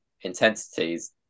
intensities